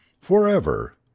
Forever